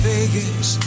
Vegas